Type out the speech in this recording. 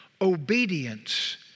obedience